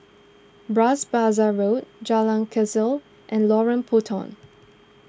Bras Basah Road Jalan Kechil and Lorong Puntong